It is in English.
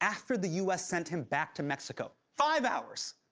after the u s. sent him back to mexico. five hours!